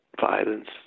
violence